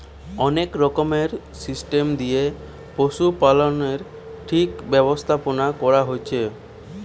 অনেক রকমের সিস্টেম দিয়ে পশুপালনের ঠিক ব্যবস্থাপোনা কোরা হচ্ছে